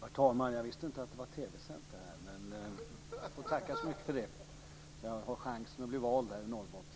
Herr talman! Jag visste inte att frågestunden var TV-sänd, men jag får tacka så mycket för det. Då kanske jag har chans att bli vald i Norrbotten.